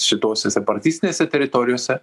šitose separatistinėse teritorijose